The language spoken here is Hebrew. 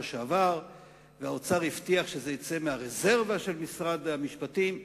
שעבר והאוצר הבטיח שזה יצא מהרזרבה של משרד המשפטים.